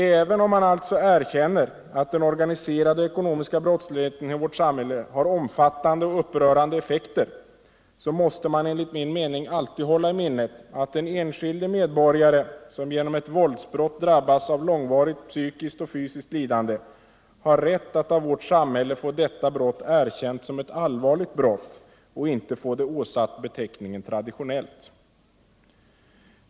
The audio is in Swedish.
Även om man kanske erkänner att den organiserade och ekonomiska brottsligheten i vårt samhälle har omfattande och upprörande effekter, måste man enligt min uppfattning alltid hålla i minnet att den enskilde medborgare som genom ett våldsbrott drabbas av långvarigt psykiskt och fysiskt lidande har rätt att av vårt samhälle få detta brott erkänt som ett allvarligt brott och inte få det åsatt beteckningen ”traditionellt”.